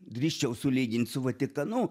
drįsčiau sulygint su vatikanu